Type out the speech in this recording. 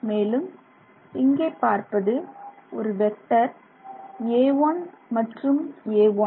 மேலும் இங்கே பார்ப்பது ஒரு வெக்டர் a1 மற்றும் a1